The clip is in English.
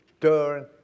turn